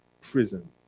prison